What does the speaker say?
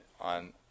on